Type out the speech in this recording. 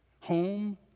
home